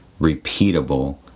repeatable